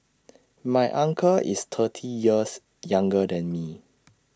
my uncle is thirty years younger than me